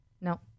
No